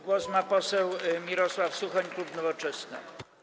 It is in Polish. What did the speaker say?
Głos ma poseł Mirosław Suchoń, klub Nowoczesna.